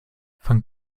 fang